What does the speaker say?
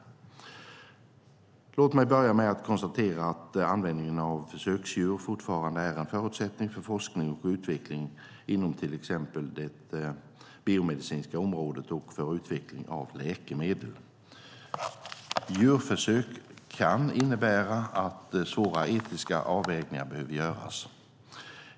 Låt mig börja med att konstatera att användning av försöksdjur fortfarande är en förutsättning för forskning och utveckling inom till exempel det biomedicinska området och för utveckling av läkemedel. Djurförsök kan innebära att svåra etiska avvägningar behöver göras.